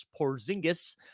Porzingis